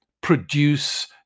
produce